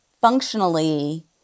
functionally